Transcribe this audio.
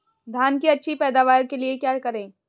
धान की अच्छी पैदावार के लिए क्या करें?